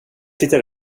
tittar